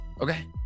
Okay